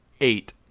eight